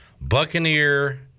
Buccaneer